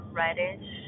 reddish